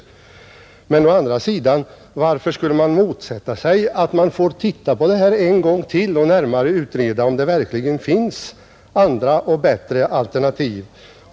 Men varför skulle man å andra sidan motsätta sig förslaget att se på detta en gång till och närmare utreda, om det verkligen finns andra och bättre alternativ?